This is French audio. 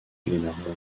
glenarvan